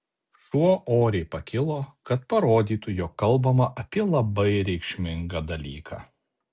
šuo oriai pakilo kad parodytų jog kalbama apie labai reikšmingą dalyką